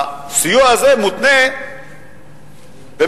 הסיוע הזה מותנה ב"מצ'ינג",